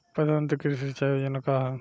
प्रधानमंत्री कृषि सिंचाई योजना का ह?